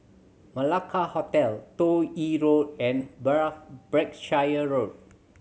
Malacca Hotel Toh Yi Road and Break Berkshire Road